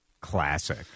classic